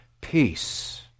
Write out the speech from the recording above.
peace